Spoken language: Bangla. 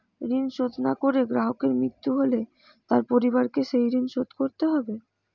ঋণ শোধ না করে গ্রাহকের মৃত্যু হলে তার পরিবারকে সেই ঋণ শোধ করতে হবে?